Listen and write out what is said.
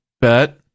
bet